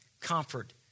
comfort